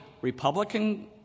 Republican